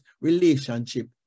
relationship